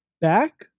back